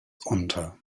unter